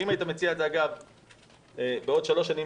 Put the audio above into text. אם הבחירות היו מתקיימות בעוד שלוש שנים